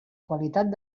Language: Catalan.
qualitat